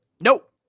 Nope